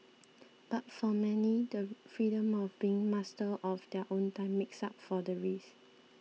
but for many the freedom of being master of their own time makes up for the risk